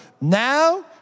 Now